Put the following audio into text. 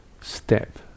step